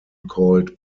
called